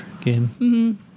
game